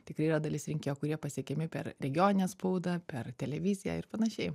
tikrai yra dalis rinkėjų kurie pasiekiami per regioninę spaudą per televiziją ir panašiai